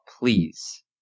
Please